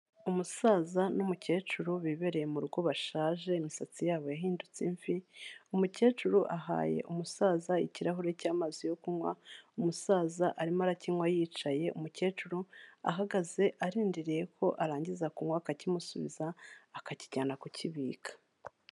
Umusaza n'umukecuru bibereye mu rugo bashaje, imisatsi yabo yahindutse imvi, umukecuru ahaye umusaza ikirahuri cy'amazi yo kunywa, umusaza arimo arakinywa yicaye, umukecuru ahagaze arindiriye ko arangiza kunywa akakimusubiza, akakijyana kukibika.